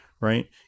right